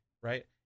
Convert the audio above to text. right